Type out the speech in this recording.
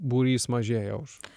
būrys mažėja aušra